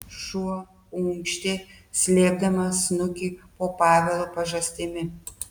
šuo unkštė slėpdamas snukį po pavelo pažastimi